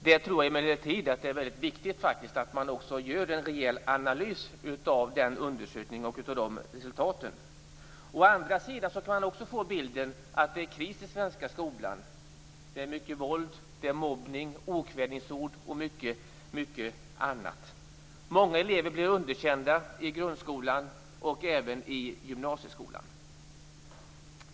Jag tror emellertid att det faktiskt är väldigt viktigt att man gör en rejäl analys av undersökningen och resultaten. Å andra sidan kan man också få en bild att det är kris i den svenska skolan. Det är mycket våld. Det är mobbning, okvädingsord och mycket annat. Många elever blir underkända i grundskolan - och även i gymnasieskolan.